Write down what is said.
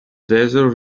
desert